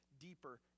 deeper